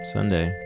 Sunday